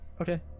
Okay